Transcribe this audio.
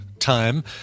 time